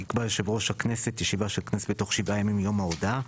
יקבע יושב ראש הכנסת ישיבה של הכנסת בתוך שבעה ימים מיום ההודעה,